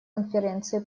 конференции